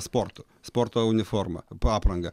sportu sporto uniformą aprangą